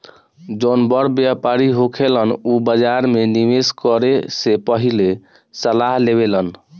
जौन बड़ व्यापारी होखेलन उ बाजार में निवेस करे से पहिले सलाह लेवेलन